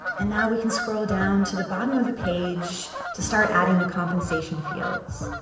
and, now we can scroll down to the bottom of the page to start adding the compensation fields.